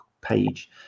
page